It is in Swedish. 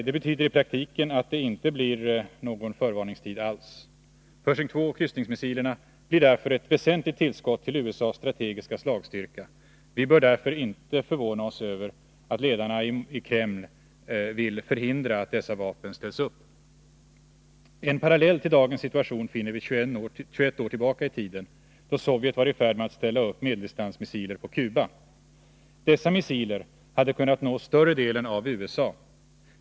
Det betyder i praktiken att det inte blir någon förvarningstid alls. Pershing 2 och kryssningsmissilerna blir därför ett väsentligt tillskott till USA:s strategiska slagstyrka. Vi bör därför inte förvåna oss över att ledarna i Kreml vill förhindra att dessa vapen ställs upp. En parallell till dagens situation finner vi 21 år tillbaka i tiden, då Sovjet var i färd med att ställa upp medeldistansmissiler på Cuba. Dessa missiler hade kunnat nå större delen av USA.